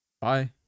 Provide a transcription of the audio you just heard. Bye